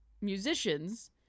musicians